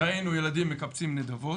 ראינו ילדים מקבצים נדבות.